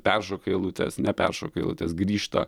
peršoka eilutes neperšoka eilutės grįžta